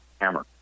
hammer